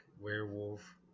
werewolf